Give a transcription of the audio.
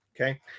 Okay